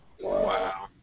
Wow